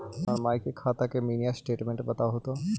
हमर माई के खाता के मीनी स्टेटमेंट बतहु तो?